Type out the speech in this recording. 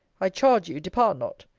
i charge you depart not.